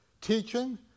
teaching